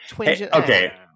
okay